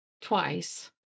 twice